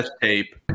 tape